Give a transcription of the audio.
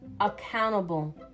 accountable